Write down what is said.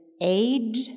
age